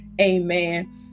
Amen